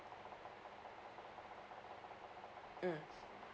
mm